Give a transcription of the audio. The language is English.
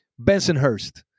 Bensonhurst